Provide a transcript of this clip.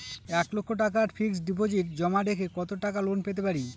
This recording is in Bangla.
এক লক্ষ টাকার ফিক্সড ডিপোজিট জমা রেখে কত টাকা লোন পেতে পারি?